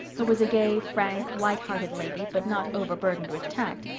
who was a gay, frank, light-hearted lady, but not overburdened with tact,